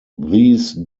these